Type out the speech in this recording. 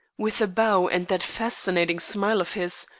with a bow and that fascinating smile of his,